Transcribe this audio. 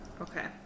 Okay